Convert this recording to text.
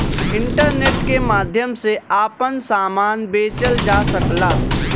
internet के माध्यम से आपन सामान बेचल जा सकला